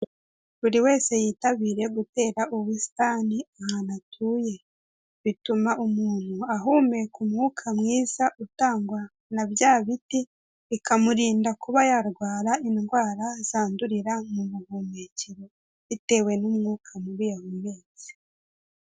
Buri wese yitabire gutera ubusitani ahantu atuye, bituma umuntu ahumeka umwuka mwiza utangwa na bya biti, bikamurinda kuba yarwara indwara zandurira mu buhumekero bitewe n'umwuka mubi yahumetse.